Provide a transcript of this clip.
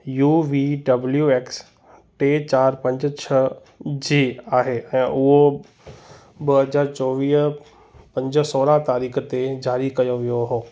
U V W X टे चार पंज छह जे आहे ऐं उहो ॿ हज़ार चौवीह पंज सोरहं तारीख़ ते जारी कयो वियो हो